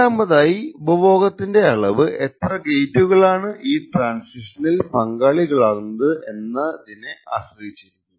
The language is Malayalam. രണ്ടാമതായി ഉപഭോഗത്തിന്റെ അളവ് എത്ര ഗേറ്റുകളാണ് ഈ ട്രാന്സിഷനിൽ പങ്കാളികളാകുന്നത് എന്ന ആശ്രയിച്ചിരിക്കും